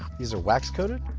these are wax coated?